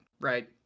right